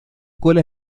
cola